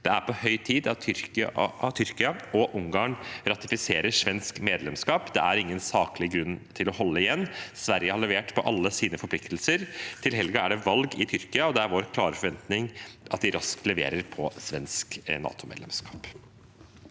Det er på høy tid at Tyrkia og Ungarn ratifiserer svensk medlemskap; det er ingen saklig grunn til å holde igjen. Sverige har levert på alle sine forpliktelser. Til helgen er det valg i Tyrkia, og det er vår klare forventning at de raskt leverer på svensk NATOmedlemskap.